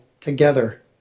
together